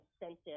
incentive